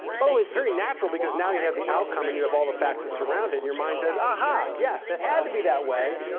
by the way, it's very natural because now you have the outcome and you have all the facts that surround it. and your mind says, aha! yes, it had to be that way.